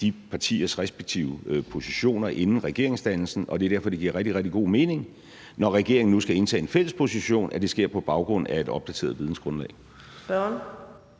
de partiers respektive positioner inden regeringsdannelsen, og det er derfor, det giver rigtig, rigtig god mening, når regeringen nu skal indtage en fælles position, at det sker på baggrund af et opdateret vidensgrundlag.